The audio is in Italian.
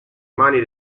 mani